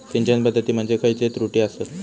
सिंचन पद्धती मध्ये खयचे त्रुटी आसत?